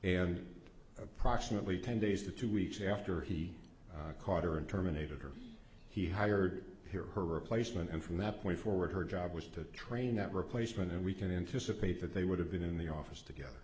and approximately ten days to two weeks after he caught her and terminated her he hired here her replacement and from that point forward her job was to train that replacement and we can anticipate that they would have been in the office together